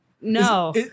No